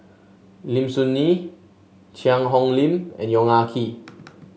Lim Soo Ngee Cheang Hong Lim and Yong Ah Kee